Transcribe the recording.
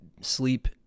sleep